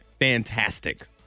fantastic